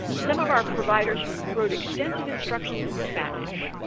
some of our providers wrote extensive instructions in spanish,